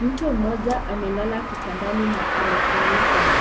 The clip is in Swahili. Mutu mmoja amelala kitandani na amefunikwa